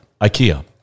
IKEA